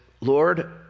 Lord